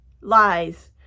lies